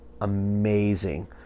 amazing